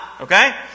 Okay